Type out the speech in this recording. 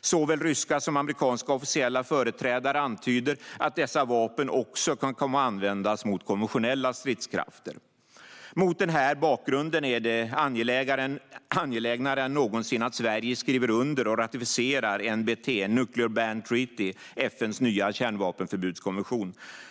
Såväl ryska som amerikanska officiella företrädare antyder att dessa vapen också kan komma att användas mot konventionella stridskrafter. Mot denna bakgrund är det angelägnare än någonsin att Sverige skriver under och ratificerar NBT, Nuclear Ban Treaty, FN:s nya kärnvapenförbudskonvention.